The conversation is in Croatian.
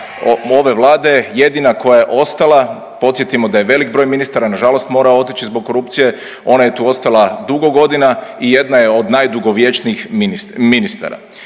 ove vlade jedina koja je ostala, podsjetimo da je velik broj ministara nažalost morao otići zbog korupcije, ona je tu ostala dugo godina i jedna je od najdugovječnijih ministara.